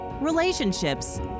relationships